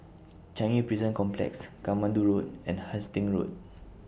Changi Prison Complex Katmandu Road and Hastings Road